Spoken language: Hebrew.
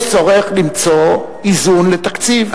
יש צורך למצוא איזון לתקציב,